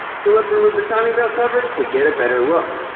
so let's remove the timing belt cover to get a better look.